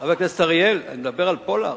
חבר הכנסת אריאל, אני מדבר על פולארד,